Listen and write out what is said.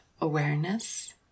awareness